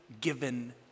given